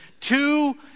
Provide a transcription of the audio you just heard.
Two